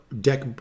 deck